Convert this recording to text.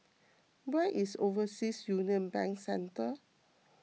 where is Overseas Union Bank Centre